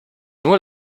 nur